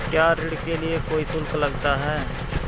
क्या ऋण के लिए कोई शुल्क लगता है?